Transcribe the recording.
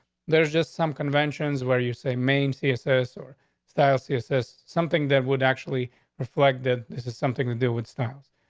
there's just some conventions where you say main cia service or style. cia says something that would actually reflect that this is something to do with styles.